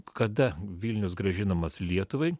kada vilnius grąžinamas lietuvai